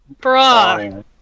Bro